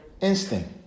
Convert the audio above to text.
instinct